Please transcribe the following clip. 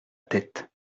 tête